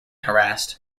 harassed